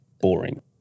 boring